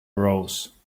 rose